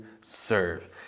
serve